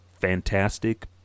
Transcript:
fantastic